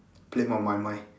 play on my mind